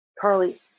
Carly